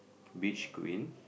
beach queen